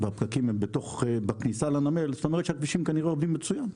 והפקקים הם בתוך הנמל זה אומר שהכבישים עובדים מצוין,